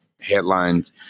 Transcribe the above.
headlines